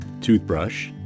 toothbrush